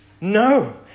No